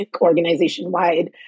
organization-wide